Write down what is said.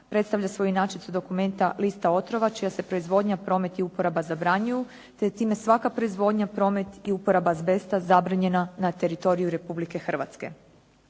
predstavlja svoju inačicu dokumenta lista otrova čija se proizvodnja, promet i uporaba zabranjuju te je time svaka proizvodnja, promet i uporaba azbesta zabranjena na teritoriju Republike Hrvatske.